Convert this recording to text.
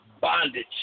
bondage